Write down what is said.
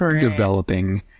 developing